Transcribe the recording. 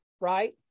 right